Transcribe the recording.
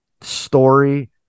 story